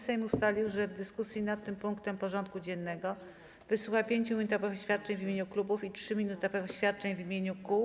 Sejm ustalił, że w dyskusji nad tym punktem porządku dziennego wysłucha 5-minutowych oświadczeń w imieniu klubów i 3-minutowych oświadczeń w imieniu kół.